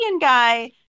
guy